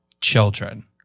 children